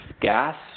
gas